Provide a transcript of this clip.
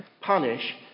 punish